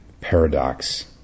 paradox